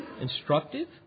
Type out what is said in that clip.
instructive